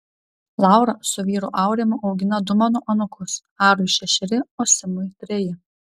laura su vyru aurimu augina du mano anūkus arui šešeri o simui treji